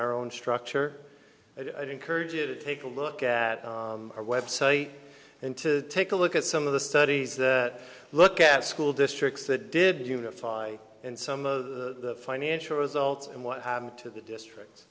our own structure i'd encourage you to take a look at our web site and to take a look at some of the studies look at school districts that did unify and some of the financial results and what happened to the districts